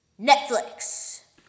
Netflix